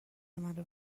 منو